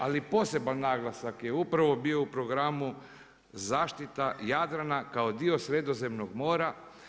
Ali poseban naglasak je upravo bio u programu zaštita Jadrana kao dio Sredozemnog mora.